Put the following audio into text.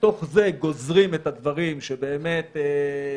ומתוך זה גוזרים את הדברים שבאמת ההיגיון